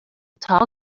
tall